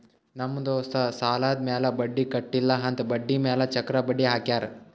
ನಮ್ ದೋಸ್ತ್ ಸಾಲಾದ್ ಮ್ಯಾಲ ಬಡ್ಡಿ ಕಟ್ಟಿಲ್ಲ ಅಂತ್ ಬಡ್ಡಿ ಮ್ಯಾಲ ಚಕ್ರ ಬಡ್ಡಿ ಹಾಕ್ಯಾರ್